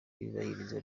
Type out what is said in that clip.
iyubahirizwa